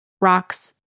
rocks